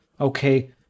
Okay